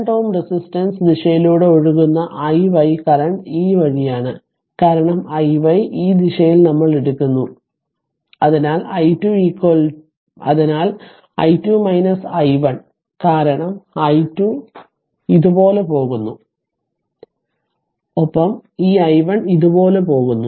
2 Ω resistance ദിശയിലൂടെ ഒഴുകുന്ന i y current ഈ വഴിയാണ് അതിനാൽ i y ഈ ദിശയിൽ നമ്മൾ എടുക്കുന്നു അതിനാൽ i2 i1 കാരണം ഈ i2 ഈ i2 ഇതുപോലെ പോകുന്നു ഒപ്പം ഈ i1 ഇതുപോലെ പോകുന്നു